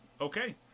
Okay